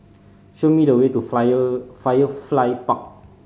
show me the way to Firefly Park